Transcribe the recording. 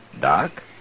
Doc